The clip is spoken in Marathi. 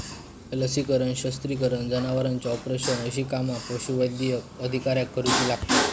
लसीकरण, शस्त्रक्रिया, जनावरांचे ऑपरेशन अशी कामा पशुवैद्यकीय अधिकाऱ्याक करुची लागतत